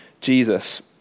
Jesus